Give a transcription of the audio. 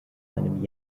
einem